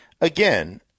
again